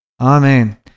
Amen